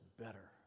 better